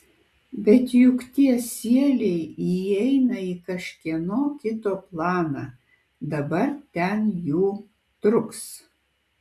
bet juk tie sieliai įeina į kažkieno kito planą dabar ten jų truks